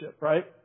right